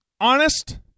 honest